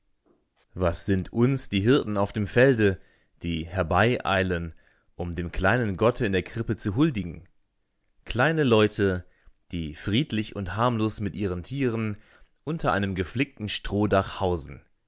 was sind uns die hirten auf dem felde die herbeieilen um dem kleinen gotte in der krippe zu huldigen kleine leute die friedlich und harmlos mit ihren tieren unter einem geflickten strohdach hausen